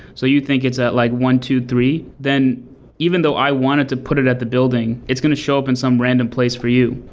so you think it's at like one two three, then even though i wanted to put it at the building, it's going to show up in some random place for you.